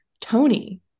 Tony